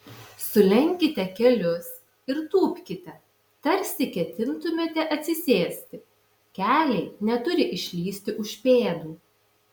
sulenkite kelius ir tūpkite tarsi ketintumėte atsisėsti keliai neturi išlįsti už pėdų